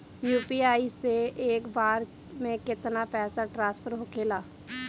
UPI से एक बार मे केतना पैसा ट्रस्फर होखे ला?